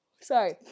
Sorry